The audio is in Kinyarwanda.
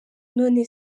none